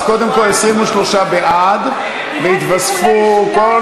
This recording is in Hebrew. אז יש לנו 23 בעד, 33